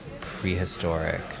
prehistoric